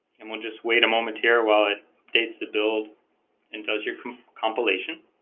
and we'll just wait a moment here well it dates to build and does your compilation